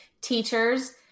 teachers